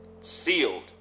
sealed